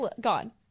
gone